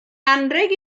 anrheg